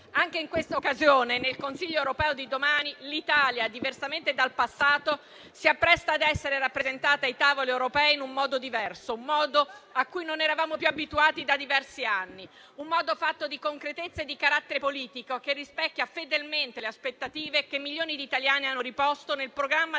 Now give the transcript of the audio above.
Anche in quest'occasione, nel Consiglio europeo di domani, l'Italia, diversamente dal passato, si appresta ad essere rappresentata ai tavoli europei in un modo diverso, a cui non eravamo più abituati da diversi anni, fatto di concretezza e di carattere politico, che rispecchia fedelmente le aspettative che milioni di italiani hanno riposto nel programma della coalizione